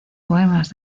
poemas